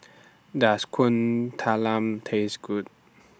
Does Kuih Talam Taste Good